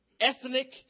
Ethnic